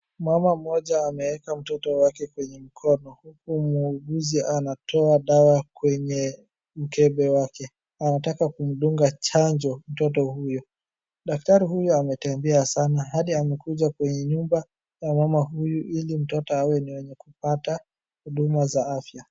Mama mmoja ameeka mtoto wake kwenye mkono. Huku muuguzi anatoa dawa kwenye mkebe wake. Anataka kumdunga chanjo mtoto huyu. Daktari huyu ametembea sana hadi amekuja kwenye nyumba ya mama huyu ili mtoto awe ni mwenye kupata huduma za afya.